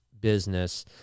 business